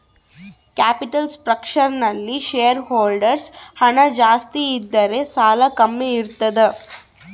capital structure ನಲ್ಲಿ shareholders ಹಣ ಜಾಸ್ತಿ ಇದ್ದರೆ ಸಾಲ ಕಮ್ಮಿ ಇರ್ತದ